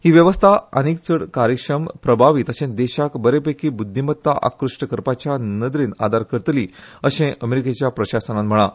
ही व्यवस्था आनिक चड कार्यक्षम प्रभावी तशेच देशाक बरेपैकी ब्रध्दिमत्ता आकृष्ट करपाच्या नदरेन आदार करतली अशे अमेरिकेच्या प्रशासनान म्हळा